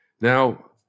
Now